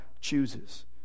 chooses